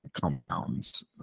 compounds